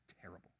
terrible